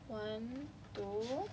a total I have I have a total of